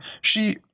She—